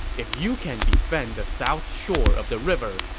if you can defend the south shore of the river,